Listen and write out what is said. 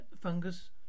fungus